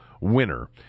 winner